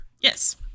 Yes